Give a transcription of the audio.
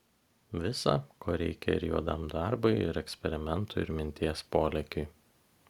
visa ko reikia ir juodam darbui ir eksperimentui ir minties polėkiui